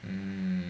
mm